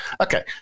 Okay